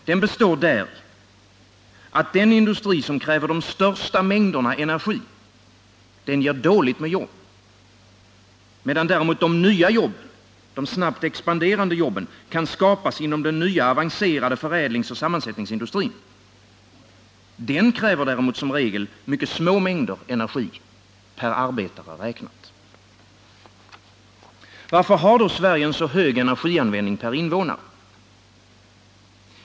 Den består däri att den industri som kräver de största mängderna energi ger dåligt med jobb, medan däremot de nya och snabbt expanderande jobben kan skapas inom den nya avancerade förädlingsoch sammansättningsindustrin. Denna kräver däremot som regel mycket små mängder energi, per arbetare räknat. Varför har då Sverige en så hög energianvändning per invånare?